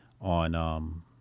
on